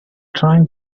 trying